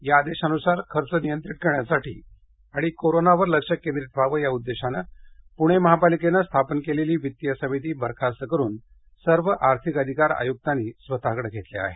या आदेशानुसार खर्च नियंत्रित करण्यासाठी आणि कोरोनावर लक्ष केंद्रित व्हावं याउद्देशाने पुणे महापालीकेने स्थापन केलेली वित्तीय समिती बरखास्त करून सर्व आर्थिक अधिकार आयुक्तांनी स्वतः कडे घेतले आहेत